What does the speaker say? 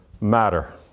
matter